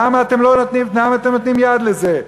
למה אתם נותנים יד לזה?